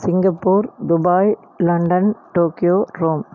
Singapore Dubai London Tokyo Rome